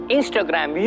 Instagram